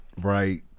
right